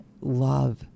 love